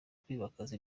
twimakaza